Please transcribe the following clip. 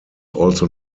also